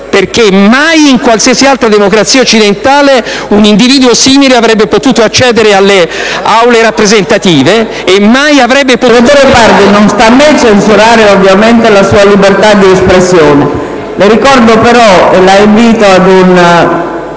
perché mai, in qualsiasi altra democrazia occidentale, un individuo simile avrebbe potuto accedere alle Aule rappresentative e mai avrebbe potuto...